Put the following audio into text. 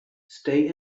stay